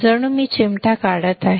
जणू मी चिमटा काढत आहे